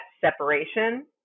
separation